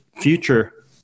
future